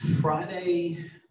Friday